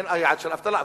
אין יעד של אבטלה,